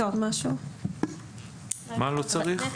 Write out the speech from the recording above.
מה לא צריך?